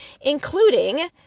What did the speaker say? including